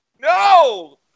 No